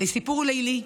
לסיפור לילי: